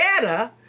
better